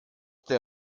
der